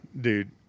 Dude